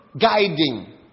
Guiding